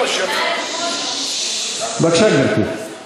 בבקשה, גברתי.